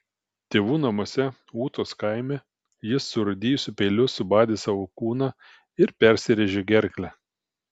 tėvų namuose ūtos kaime jis surūdijusiu peiliu subadė savo kūną ir persirėžė gerklę